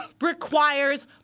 requires